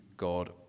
God